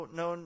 no